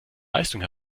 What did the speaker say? leistung